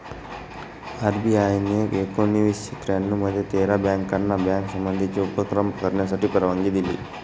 RBI ने एकोणावीसशे त्र्यानऊ मध्ये तेरा बँकाना बँक संबंधीचे उपक्रम करण्यासाठी परवानगी दिली